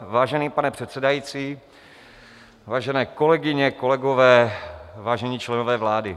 Vážený pane předsedající, vážené kolegyně, kolegové, vážení členové vlády.